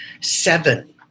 seven